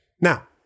Now